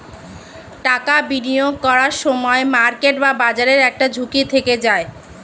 টাকা বিনিয়োগ করার সময় মার্কেট বা বাজারের একটা ঝুঁকি থেকে যায়